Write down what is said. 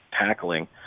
tackling